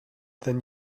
than